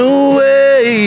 away